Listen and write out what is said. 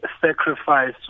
sacrifice